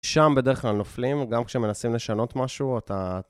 שם בדרך כלל נופלים, גם כשמנסים לשנות משהו אתה